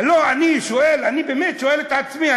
לא, אני שואל, אני באמת שואל את עצמי.